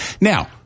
Now